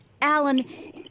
alan